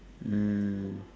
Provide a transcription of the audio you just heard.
mm